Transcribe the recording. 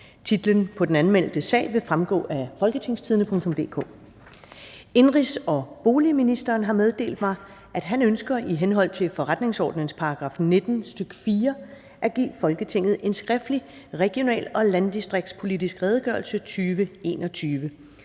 Titlen på den anmeldte sag vil fremgå af www.folketingstidende.dk (jf. ovenfor). Indenrigs- og boligministeren har meddelt mig, at han ønsker i henhold til forretningsordenens § 19, stk. 4, at give Folketinget en skriftlig Regional- og landdistriktspolitisk redegørelse 2021.